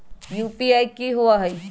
UPI कि होअ हई?